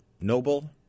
noble